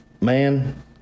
man